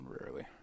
Rarely